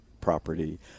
property